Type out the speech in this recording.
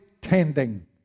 tending